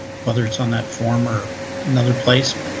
whether it's on that form or another place,